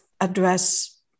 address